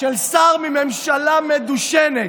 של שר מממשלה מדושנת.